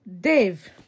Dave